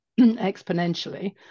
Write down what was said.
exponentially